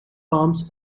palms